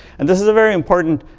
and this is a very important